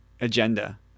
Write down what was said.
agenda